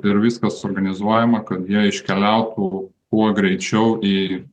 ir viskas organizuojama kad jie iškeliautų kuo greičiau į